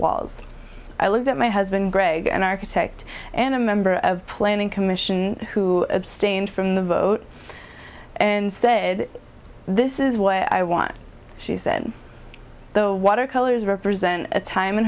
walls i loved it my husband greg an architect and a member of planning commission who abstained from the vote and say this is what i want she said the watercolors represent a time in